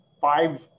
five